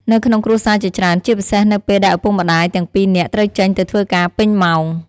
នៅក្នុងគ្រួសារជាច្រើន ជាពិសេសនៅពេលដែលឪពុកម្តាយទាំងពីរនាក់ត្រូវចេញទៅធ្វើការពេញម៉ោង។